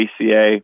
ACA